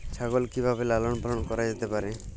ছাগল কি ভাবে লালন পালন করা যেতে পারে?